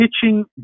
pitching